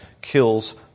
kills